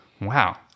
wow